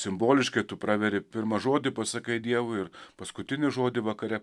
simboliškai tu praveri pirmą žodį pasakai dievui ir paskutinį žodį vakare